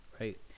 right